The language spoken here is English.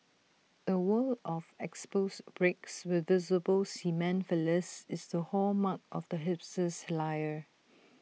A wall of exposed bricks with visible cement fillers is the hallmark of the hipster's lair